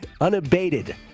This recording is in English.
Unabated